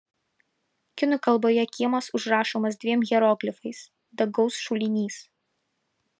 kinų kalboje kiemas užrašomas dviem hieroglifais dangaus šulinys